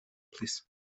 plîs